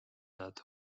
nad